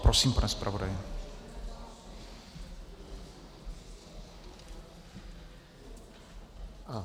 Prosím, pane zpravodaji.